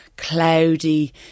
cloudy